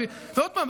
ועוד פעם,